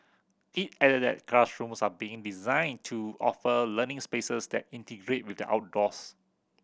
it added that classrooms are being designed to offer learning spaces that integrate with the outdoors